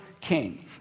king